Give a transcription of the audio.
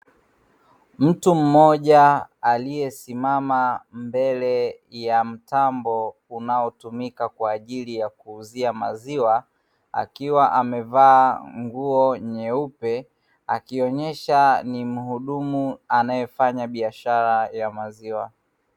Mtu mmoja aliyesimama mbele ya mtambo unaotumika kwa ajili ya kuuzia maziwa, akiwa amevaa nguo nyeupe, akionyesha ni mhudumu anayefanya biashara ya maziwa.